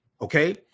okay